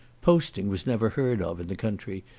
posting was never heard of in the country,